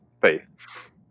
faith